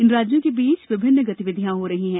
इन राज्यों के बीच विभिन्न गतिविधियां हो रही हैं